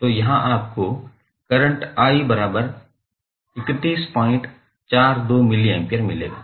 तो यहां आपको करंट i 3142mA मिलेगा